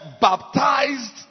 baptized